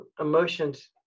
emotions